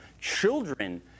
children